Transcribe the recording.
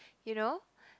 you know